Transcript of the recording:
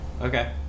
Okay